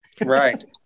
Right